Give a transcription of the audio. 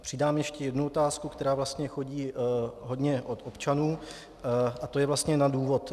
Přidám ještě jednu otázku, která vlastně chodí hodně od občanů, a to je vlastně na důvod.